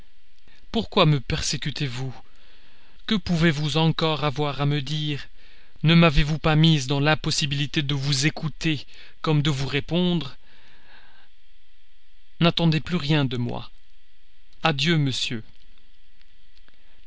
pourquoi me persécutez-vous que pouvez-vous encore avoir à me dire ne m'avez-vous pas mise dans l'impossibilité de vous écouter comme de vous répondre n'attendez plus rien de moi adieu monsieur